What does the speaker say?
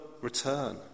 return